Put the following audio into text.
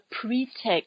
pretext